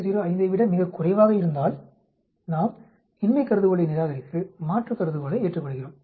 05 ஐ விட மிகக் குறைவாக இருந்தால் நாம் இன்மை கருதுகோளை நிராகரித்து மாற்று கருதுகோளை ஏற்றுக்கொள்கிறோம்